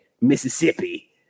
Mississippi